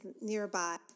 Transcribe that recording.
nearby